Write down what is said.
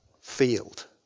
field